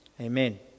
amen